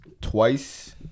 twice